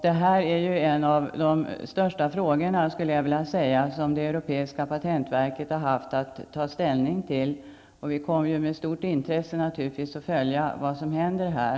Detta är en av de största frågor, skulle jag vilja säga, som det europeiska patentverket har haft att ta ställning till. Vi kommer naturligtvis med stort intresse att följa vad som händer.